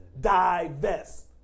divest